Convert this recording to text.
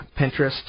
Pinterest